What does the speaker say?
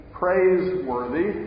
praiseworthy